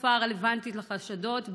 בתקופה הרלוונטית לחשדות,